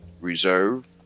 reserve